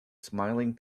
smiling